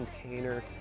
container